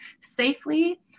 safely